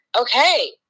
Okay